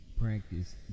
practice